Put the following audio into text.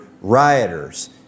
rioters